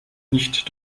nicht